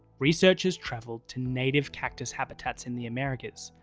researchers travelled to native cactus habitats in the americas,